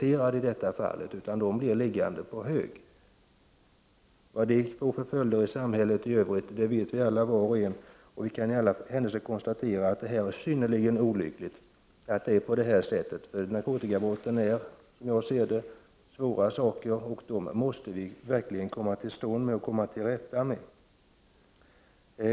Anmälningarna rörande narkotikabrott blir liggande på hög. Vad detta får för följder i samhället i övrigt, det vet vi alla. Vi kan i alla händelser konstatera att detta är synnerligen olyckligt. Narkotikabrotten är som jag ser det svåra saker, och dessa måste vi verkligen komma till rätta med.